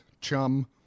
chum